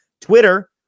Twitter